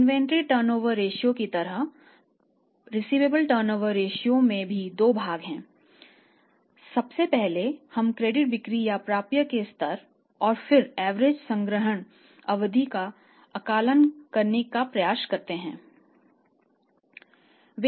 inventory turnover ratio संग्रहण अवधि का आकलन करने का प्रयास करते हैं